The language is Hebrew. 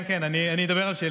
כן, כן, אני אדבר על שלי.